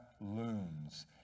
looms